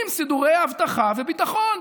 עם סידורי אבטחה וביטחון.